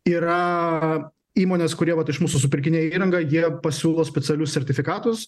yra įmonės kurie vat iš mūsų supirkinėja įrangą jie pasiūlo specialius sertifikatus